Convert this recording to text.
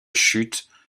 chutes